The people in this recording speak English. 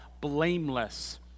blameless